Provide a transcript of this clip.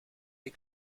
des